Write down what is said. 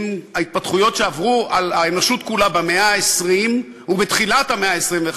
עם ההתפתחויות שעברו על האנושות כולה במאה ה-20 ובתחילת המאה ה-21,